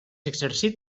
exercit